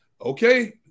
okay